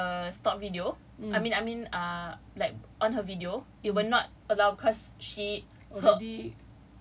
pick the stop video I mean I mean ah like on her video it will not allow cause she her